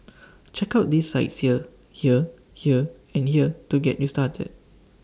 check out these sites here here here and here to get you started